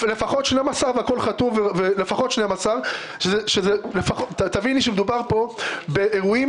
לפחות 12. תביני שמדובר פה באירועים